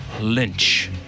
Lynch